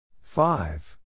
Five